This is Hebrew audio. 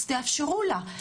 אז תאפשרו לה.